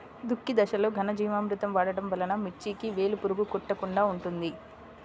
దుక్కి దశలో ఘనజీవామృతం వాడటం వలన మిర్చికి వేలు పురుగు కొట్టకుండా ఉంటుంది?